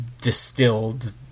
distilled